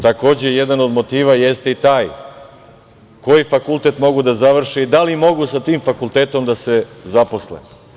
Takođe, jedan od motiva jeste i taj koji fakultet mogu da završe, da li mogu sa tim fakultetom da se zaposle?